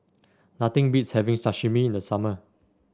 nothing beats having Sashimi in the summer